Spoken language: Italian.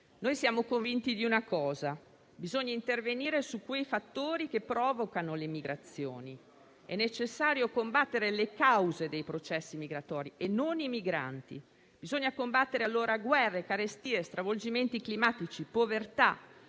siamo convinti di una cosa: bisogna intervenire su quei fattori che provocano le migrazioni. È necessario combattere le cause dei processi migratori e non i migranti. Bisogna combattere allora guerre, carestie, stravolgimenti climatici, povertà,